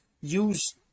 use